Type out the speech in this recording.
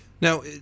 Now